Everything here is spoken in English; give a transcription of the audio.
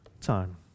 time